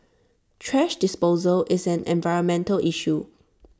thrash disposal is an environmental issue